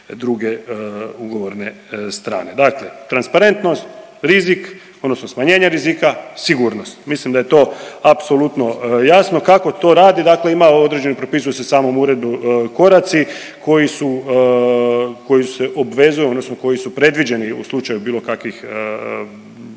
druge ugovorne strane, dakle transparentnost, rizik odnosno smanjenje rizika, sigurnost. Mislim da je to apsolutno jasno, kako to radi, dakle ima određeno, propisuju se samom uredbom koraci koju su, koji se obvezuju odnosno koji su predviđeni u slučaju bilo kakvih